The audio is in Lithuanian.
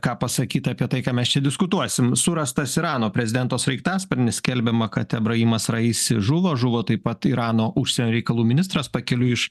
ką pasakyt apie tai ką mes čia diskutuosim surastas irano prezidento sraigtasparnis skelbiama kad ebraimas raisi žuvo žuvo taip pat irano užsienio reikalų ministras pakeliui iš